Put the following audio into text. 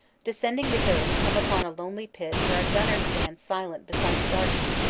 descend ing the hill we come upon a lonely pit where a gunner stands silent beside his archie,